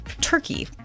Turkey